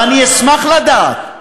ואני אשמח לדעת,